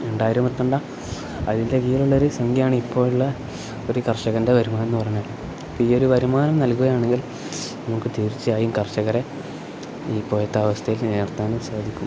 രണ്ടായിരം എത്തണ്ട അതിൻ്റെ കീഴിലുള്ള ഒരു സംഖ്യയാണ് ഇപ്പോഴുള്ള ഒരു കർഷകൻ്റെ വരുമാനം എന്ന് പറഞ്ഞാൽ അപ്പം ഈ ഒരു വരുമാനം നൽകുകയാണെങ്കിൽ നമുക്ക് തീർച്ചയായും കർഷകരെ ഇപ്പോഴത്തെ അവസ്ഥയിൽ നിലനിർത്താനും സാധിക്കും